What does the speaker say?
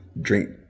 drink